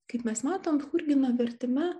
kaip mes matom churgino vertime